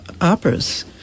operas